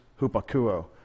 hupakuo